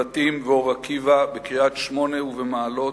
בנבטים ואור-עקיבא, בקריית-שמונה ובמעלות,